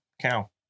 cow